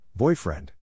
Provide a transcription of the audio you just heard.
Boyfriend